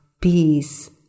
peace